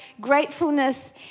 gratefulness